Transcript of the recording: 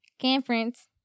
Conference